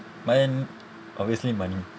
mine obviously money